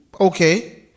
Okay